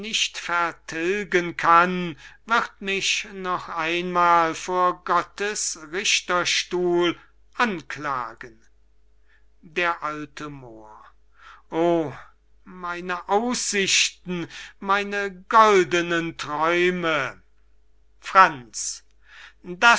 vertilgen kann wird mich noch einmal vor gottes richterstuhl anklagen d a moor o meine aussichten meine goldenen träume franz